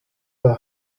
der